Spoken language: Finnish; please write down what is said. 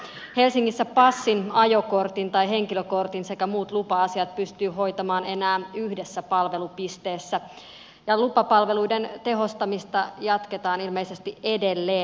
helsingissä passin ajokortin tai henkilökortin ja muut lupa asiat pystyy hoitamaan enää yhdessä palvelupisteessä ja lupapalveluiden tehostamista jatketaan ilmeisesti edelleen